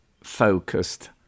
focused